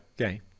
Okay